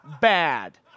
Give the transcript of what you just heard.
bad